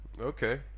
Okay